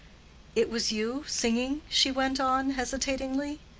it was you, singing? she went on, hesitatingly